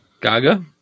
Gaga